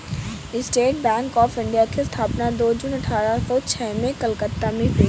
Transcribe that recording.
state bank of India की स्थापना दो जून अठारह सो छह में कलकत्ता में हुई